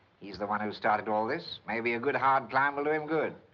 he's the one who started all this. maybe a good, hard climb will do him good.